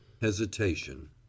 hesitation